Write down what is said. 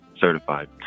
certified